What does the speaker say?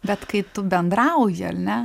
bet kai tu bendrauji ar ne